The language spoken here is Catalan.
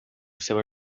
seva